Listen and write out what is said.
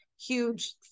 huge